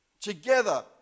Together